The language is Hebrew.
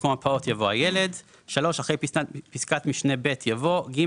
במקום "הפעוט" יבוא "הילד"; אחרי פסקת משנה (ב) יבוא: "(ג)